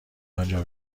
آنجا